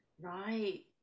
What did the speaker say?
right